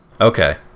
okay